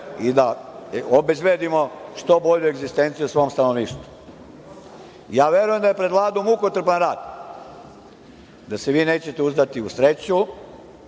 i da obezbedimo što bolju egzistenciju svom stanovništvu. Verujem da je pred Vladom mukotrpan rad, da se vi nećete uzdati u sreću